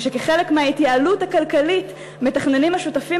ושכחלק מההתייעלות הכלכלית מתכננים השותפים